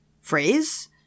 phrase